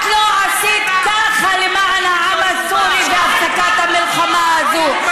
את לא עשית ככה למען העם הסורי בהפסקת המלחמה הזו.